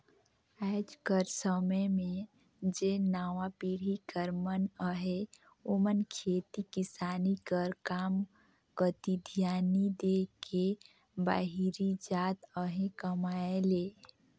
आएज कर समे में जेन नावा पीढ़ी कर मन अहें ओमन खेती किसानी कर काम कती धियान नी दे के बाहिरे जात अहें कमाए ले